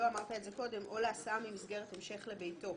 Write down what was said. לא אמרת את זה קודם: "או להסעה ממסגרת המשך לביתו".